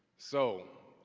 so,